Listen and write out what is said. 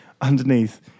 underneath